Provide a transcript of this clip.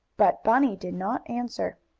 but bunny did not answer.